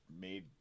made